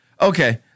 okay